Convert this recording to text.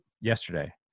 yesterday